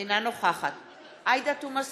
אינה נוכחת עאידה תומא סלימאן,